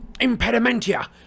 Impedimentia